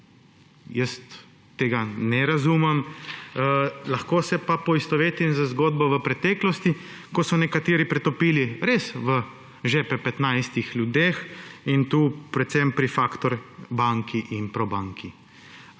Jaz tega ne razumem. Lahko se pa poistovetim z zgodbo iz preteklosti, ko so nekateri pretopili res v žepe petnajstih ljudi, in to predvsem pri Factor banki in Probanki.